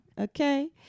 Okay